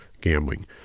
gambling